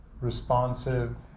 responsive